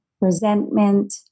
resentment